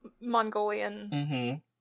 Mongolian